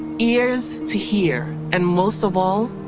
ears to hear. and most of all,